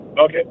okay